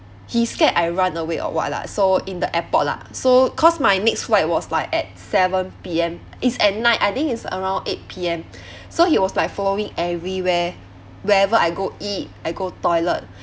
he scared I run away or what lah so in the airport lah so cause my next flight was like at seven P_M is at night I think it's around eight P_M so he was like following everywhere wherever I go eat I go toilet